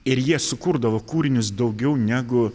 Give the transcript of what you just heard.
ir jie sukurdavo kūrinius daugiau negu